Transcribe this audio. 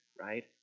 right